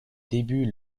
débuts